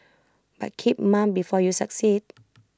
but keep mum before you succeed